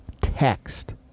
text